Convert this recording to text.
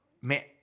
man